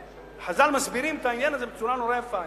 חז"ל מסבירים את העניין הזה בצורה מאוד יפה.